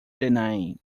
denying